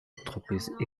d’entreprise